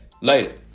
Later